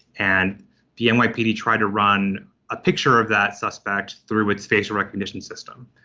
and the and nypd tried to run a picture of that suspect through its facial recognition system,